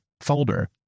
Folder